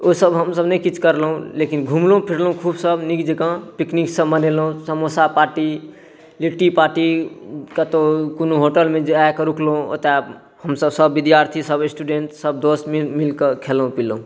ओसब हमसब नहि किछु करलहुँ लेकिन घुमलहुँ फिरलहुँ खूब सब नीक जकाँ पिकनिकसब मनेलहुँ समोसा पार्टी लिट्टी पार्टी कतहु कोनो होटलमे जाकऽ रुकलहुँ ओतऽ हमसब सब विद्यार्थीसब स्टूडेन्ट्ससब दोस्त मिलिकऽ खएलहुँ पिलहुँ